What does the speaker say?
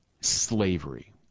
Slavery